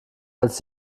als